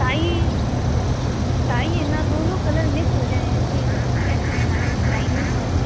tie tie है ना दोनों कलर मिक्स हो जाएँ ऐसी वाली ऐसी बनानी है लाईनिंग वाली